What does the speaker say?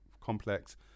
Complex